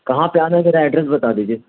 کہاں پہ آنا ہے ذرا ایڈریس بتا دیجیے